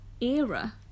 era